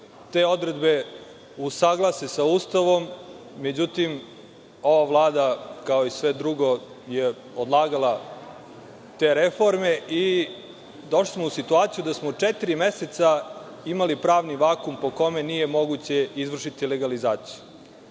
te odredbe usaglase sa Ustavom. Međutim, ova Vlada, kao i sve drugo je odlagala te reforme i došli smo u situaciju da smo četiri meseca imali pravni vakum po kome nije moguće izvršiti legalizaciju. Kada